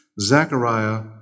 Zechariah